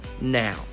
now